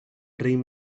dream